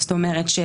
זאת אומרת,